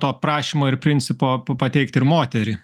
to prašymo ir principo pateikti ir moterį